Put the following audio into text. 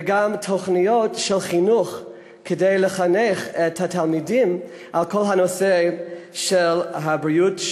וגם בתוכניות לחינוך התלמידים לכל הנושא של הבריאות,